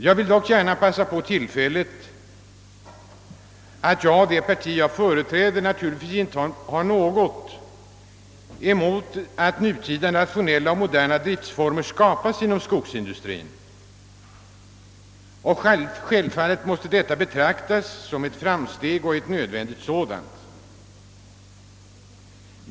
Jag vill gärna passa på tillfället att säga, att jag och det parti jag företräder naturligtvis inte har något emot att nutida rationella och moderna driftformer skapas inom skogs en aktiv lokaliseringspolitik industrien. Självfallet måste detta betraktas som ett framsteg och som ett nödvändigt sådant.